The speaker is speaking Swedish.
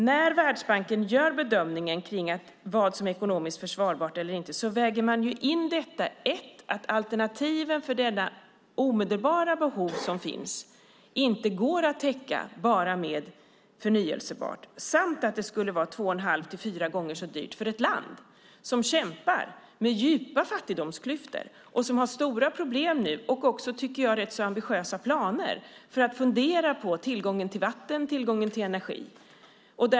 När Världsbanken gör en bedömning av vad som är ekonomiskt försvarbart väger man in att alternativen för det omedelbara behovet inte går att täcka enbart med förnybart och att det skulle bli två och en halv till fyra gånger så dyrt. Det är ett land som kämpar med djupa fattigdomsklyftor och har stora problem och ambitiösa planer när det gäller tillgång till vatten och energi.